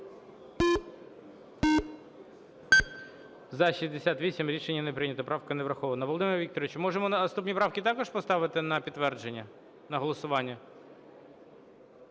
За-68 Рішення не прийнято. Правка не врахована. Володимир Вікторович, може, наступні правки також поставити на підтвердження, на голосування?